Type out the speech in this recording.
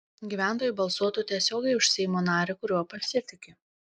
gyventojai balsuotų tiesiogiai už seimo narį kuriuo pasitiki